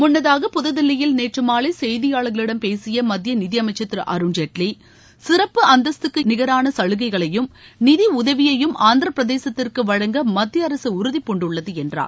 முனனதாக புதுதில்லியில் நேற்று மாலை செய்தியாளர்களிடம் பேசிய மத்திய நிதியமைச்சர் திரு அருண்ஜேட்லி சிறப்பு அந்தஸ்த்துக்கு நிகரான சலுகைகளையும் நிதி உதவியையும் ஆந்திரப் பிரதேசத்திற்கு வழங்க மத்திய அரசு உறுதிபூண்டுள்ளது என்றார்